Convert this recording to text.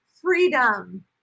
freedom